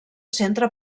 centre